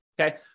okay